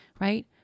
right